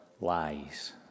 lies